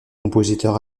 compositeur